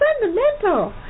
fundamental